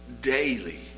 daily